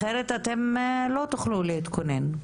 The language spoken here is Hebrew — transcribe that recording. אחרת אתם לא תוכלו להתכונן.